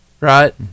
right